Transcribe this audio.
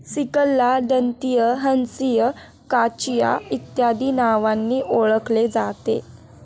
सिकलला दंतिया, हंसिया, काचिया इत्यादी नावांनी ओळखले जाते